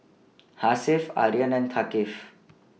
Hasif Aryan and Thaqif